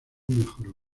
mejoró